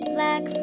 Black